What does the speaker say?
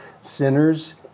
sinners